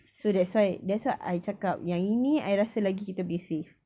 so that's why that's why I cakap yang ini I rasa lagi kita boleh save